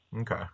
Okay